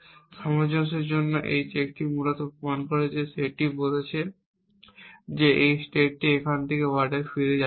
সামঞ্জস্যের জন্য এই চেকটি মূলত প্রমাণ করে সেটটি বলছে যে এই স্টেটটি এখান থেকে ওয়ার্ডে ফিরে যাবেন না